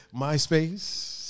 MySpace